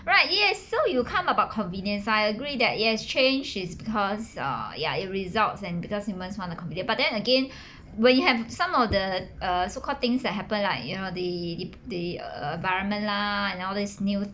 right yes so you come about convenience I agree that yes change is cause uh ya it results and because humans want the convenience but then again will you have some of the uh so called things that happen like you know the the uh environment lah and all these new